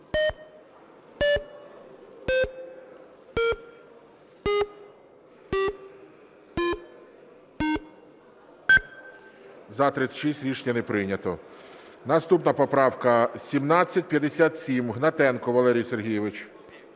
За-36 Рішення не прийнято. Наступна поправка 1757. Гнатенко Валерій Сергійович.